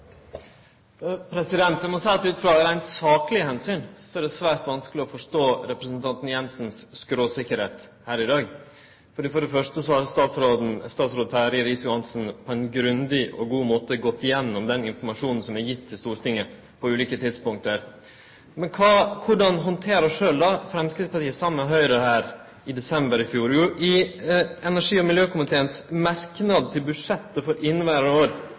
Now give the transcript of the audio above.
det svært vanskeleg å forstå representanten Jensens skråsikkerheit her i dag. For det første har statsråd Terje Riis-Johansen på ein grundig og god måte gått gjennom den informasjonen som er gitt til Stortinget på ulike tidspunkt. Men korleis handterte Framstegspartiet og Høgre dette her i desember? Jo, i energi- og miljøkomiteens merknad til budsjettet for